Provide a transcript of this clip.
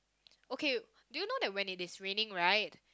ok do you know that when it is raining right